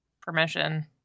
permission